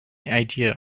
idea